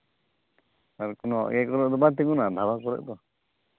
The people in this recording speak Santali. ᱟᱨ ᱠᱳᱱᱳ ᱤᱭᱟᱹ ᱠᱚᱨᱮᱜ ᱫᱚ ᱵᱟᱭ ᱛᱤᱸᱜᱩᱱᱟ ᱫᱷᱟᱵᱟ ᱠᱚᱨᱮᱜ ᱫᱚ